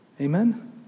Amen